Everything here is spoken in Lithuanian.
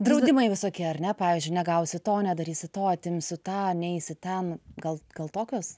draudimai visokie ar ne pavyzdžiui negausi to nedarysi to atimsiu tą neisi ten gal gal tokios